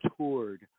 toured